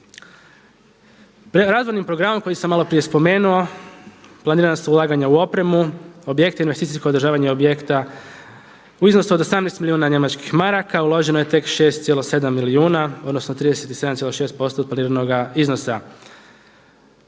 Razvojnim programom koji sam maloprije spomenuo planirana su ulaganja u opremu, objekti i investicijskog održavanje objekta u iznosu od 18 milijuna njemačkih maraka, uloženo je tek 6,7 milijuna odnosno 37,6% od planiranoga iznosa.